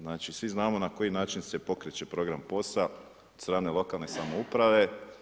Znači, svi znamo na koji način se pokreće program POS-a od strane lokalne samouprave.